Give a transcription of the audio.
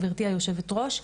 גברתי היושבת-ראש,